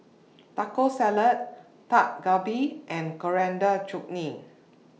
Taco Salad Dak Galbi and Coriander Chutney